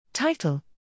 Title